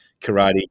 Karate